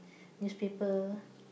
newspaper